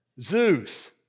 Zeus